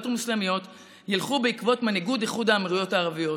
ומוסלמיות ילכו בעקבות מנהיגות איחוד האמירויות הערביות.